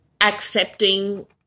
accepting